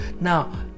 Now